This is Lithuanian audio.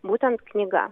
būtent knyga